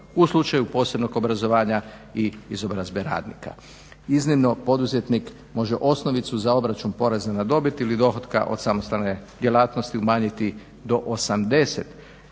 u slučaju posebnog obrazovanja i izobrazbe radnika. Iznimno, poduzetnik može osnovicu za obračun poreza na dobit ili dohotka od samostalne djelatnosti umanjiti do 80%